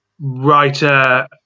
writer